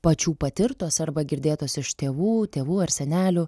pačių patirtos arba girdėtos iš tėvų tėvų ar senelių